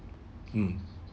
mm